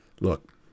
Look